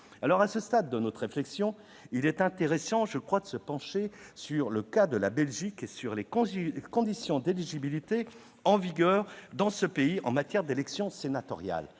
À ce stade de notre réflexion, il serait intéressant, je crois, de nous pencher sur l'exemple de la Belgique et sur les conditions d'éligibilité en vigueur dans ce pays en matière d'élections sénatoriales.